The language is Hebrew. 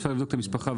אפשר לבדוק את המשפחה.